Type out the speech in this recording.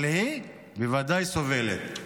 אבל היא בוודאי סובלת,